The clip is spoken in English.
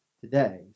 today